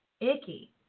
icky